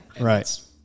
right